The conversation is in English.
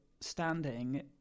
standing